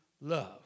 love